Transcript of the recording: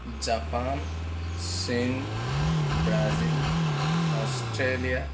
Japan চীন Brazil Australia